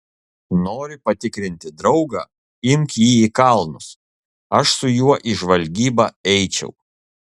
nori patikrinti draugą imk jį į kalnus aš su juo į žvalgybą eičiau